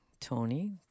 Tony